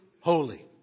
holy